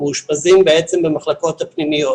מאושפזים במחלקות הפנימיות.